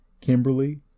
Kimberly